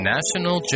National